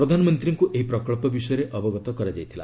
ପ୍ରଧାନମନ୍ତ୍ରୀଙ୍କୁ ଏହି ପ୍ରକଳ୍ପ ବିଷୟରେ ଅବଗତ କରାଯାଇଥିଲା